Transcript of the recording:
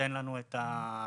ייתן לנו את המידע.